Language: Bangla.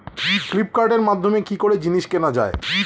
ফ্লিপকার্টের মাধ্যমে কি করে জিনিস কেনা যায়?